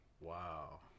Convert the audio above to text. Wow